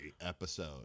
episode